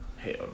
Hell